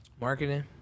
marketing